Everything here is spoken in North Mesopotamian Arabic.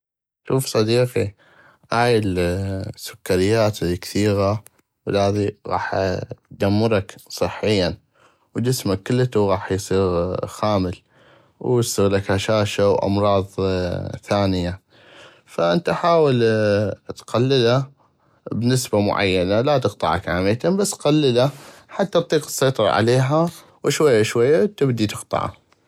شوف صديقي هاي السكريات الكثيغة وهذي غاح ادمرك صحيا جسمك كلتو غاح اصيغ خامل واصيغلك هشاشة وامراض ثانية فانت حاول تقللا بنسبة معينة لا تقطعى كاملتن بس قللا حتى اطيق تسيطر عليها وشويا شويا تبدي تقطعى.